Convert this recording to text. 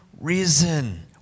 reason